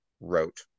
wrote